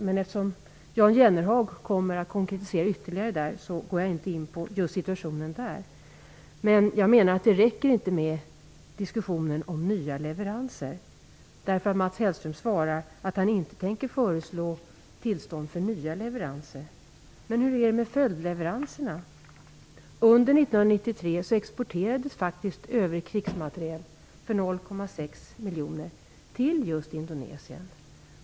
Men eftersom Jan Jennehag kommer att konkretisera frågan ytterligare går jag inte in på situationen där. Men jag menar att det räcker inte med diskussionen om nya leveranser. Mats Hellström svarar att han inte tänker föreslå tillstånd för nya leveranser. Men hur är det med följdleveranserna? Under 1993 exporterades faktiskt "övrigt krigsmateriel" för 0,6 miljoner till just Indonesien.